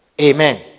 Amen